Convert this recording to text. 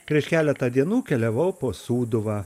prieš keletą dienų keliavau po sūduvą